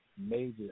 major